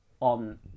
on